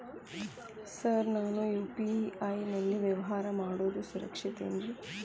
Sir ನಾನು UPI ನಲ್ಲಿ ವ್ಯವಹಾರ ಮಾಡೋದು ಸುರಕ್ಷಿತ ಏನ್ರಿ?